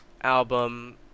album